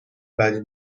بعدی